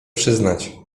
przyznać